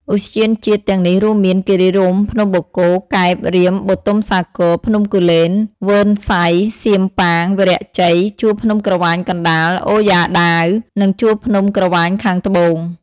ឧទ្យានជាតិទាំងនេះរួមមាន គិរីរម្យ ភ្នំបូកគោ កែប រាម បុទុមសាគរ ភ្នំគូលែន វ៉ឺនសៃ សៀមប៉ាង វីរៈជ័យ ជួរភ្នំក្រវាញកណ្តាល អូយ៉ាដាវ និងជួរភ្នំក្រវាញខាងត្បូង។